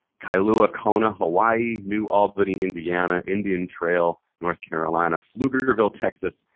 kailua kona, hawaii, new albany, indiana, indian trail, north carolina, pflugerville, texas.